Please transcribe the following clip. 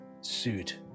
suit